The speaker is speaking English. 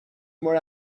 more